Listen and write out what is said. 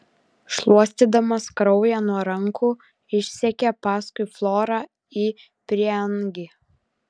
šluostydamasis kraują nuo rankų išsekė paskui florą į prieangį